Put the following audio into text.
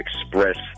express